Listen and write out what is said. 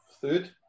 Third